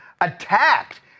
attacked